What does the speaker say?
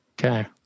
Okay